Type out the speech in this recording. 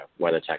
WeatherTech